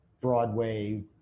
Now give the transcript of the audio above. Broadway